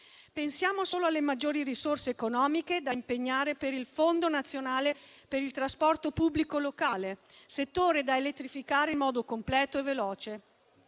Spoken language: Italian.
Pensiamo solo alle maggiori risorse economiche da impegnare per il Fondo nazionale per il trasporto pubblico locale, settore da elettrificare in modo completo e veloce;